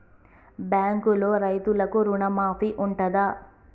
బ్యాంకులో రైతులకు రుణమాఫీ ఉంటదా?